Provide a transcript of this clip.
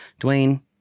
Dwayne